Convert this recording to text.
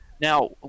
Now